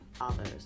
others